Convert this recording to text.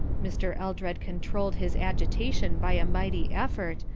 mr. eldred controlled his agitation by a mighty effort,